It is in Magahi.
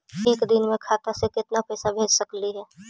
एक दिन में खाता से केतना पैसा भेज सकली हे?